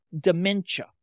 dementia